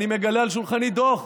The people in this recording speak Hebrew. ואני מגלה על שולחני דוח,